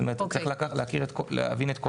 כלומר צריך להבין את הכול.